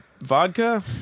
vodka